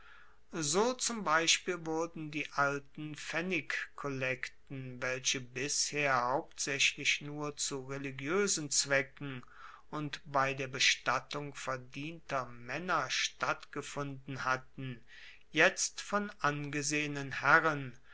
so zum beispiel wurden die alten pfennigkollekten welche bisher hauptsaechlich nur zu religioesen zwecken und bei der bestattung verdienter maenner stattgefunden hatten jetzt von angesehenen herren